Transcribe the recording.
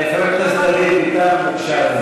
חבר הכנסת דוד ביטן, בבקשה,